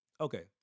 Okay